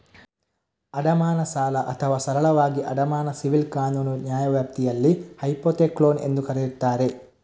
ಅಡಮಾನ ಸಾಲ ಅಥವಾ ಸರಳವಾಗಿ ಅಡಮಾನ ಸಿವಿಲ್ ಕಾನೂನು ನ್ಯಾಯವ್ಯಾಪ್ತಿಯಲ್ಲಿ ಹೈಪೋಥೆಕ್ಲೋನ್ ಎಂದೂ ಕರೆಯುತ್ತಾರೆ